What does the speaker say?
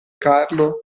carlo